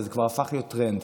אבל זה כבר הפך להיות טרנד.